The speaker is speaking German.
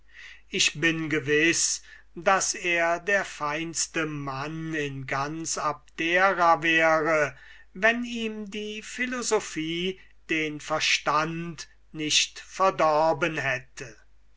ich bin gewiß daß er der feinste mann in ganz abdera wäre wenn ihm die philosophie den verstand nicht verdorben hätte